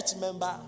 member